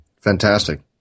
fantastic